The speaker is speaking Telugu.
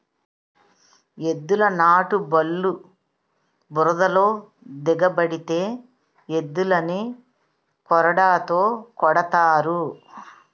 ఎద్దుల నాటుబల్లు బురదలో దిగబడితే ఎద్దులని కొరడాతో కొడతారు